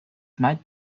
might